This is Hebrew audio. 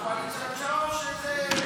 לצינוק.